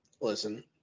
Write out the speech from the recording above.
listen